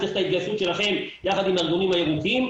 צריך את ההתגייסות שלכם יחד עם הגורמים הירוקים,